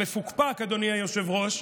המפוקפק, אדוני היושב-ראש,